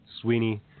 Sweeney